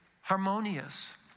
harmonious